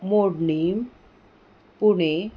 मोडनी Pune